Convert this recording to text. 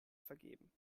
vergeben